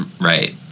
right